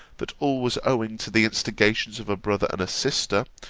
that all was owing to the instigations of a brother and sister,